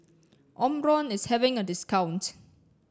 Omron is having a discount